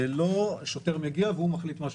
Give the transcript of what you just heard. המדיניות מבחינתנו היא לא שהשוטר מגיע והוא מחליט משהו.